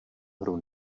hru